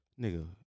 Nigga